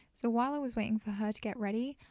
so while i was waiting for her to get ready,